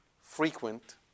frequent